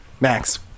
Max